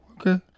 okay